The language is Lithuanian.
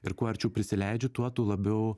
ir kuo arčiau prisileidžiu tuo tu labiau